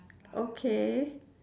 okay